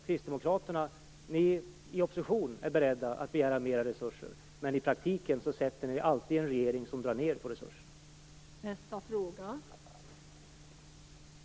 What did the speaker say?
Kristdemokraterna är alltså i opposition beredda att begära mer resurser, men i praktiken sätter de sig alltid i en regering som drar ned på resurserna.